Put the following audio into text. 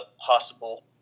possible